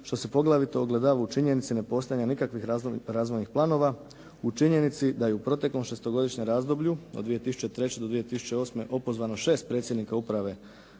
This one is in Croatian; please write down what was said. što se poglavito ogledava u činjenici nepostojanja nikakvih razvojnih planova, u činjenici da je u proteklom šestogodišnjem razdoblju od 2003. do 2008. opozvano šest predsjednika uprave